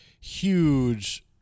huge